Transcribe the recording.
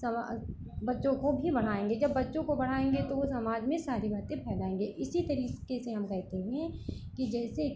समा बच्चों को भी बढ़ाएँगे जब बच्चों को बढ़ाएँगे तो वह समाज में सारी बातें फैलाएँगे इसी तरीके हम कहते हैं कि जैसे कि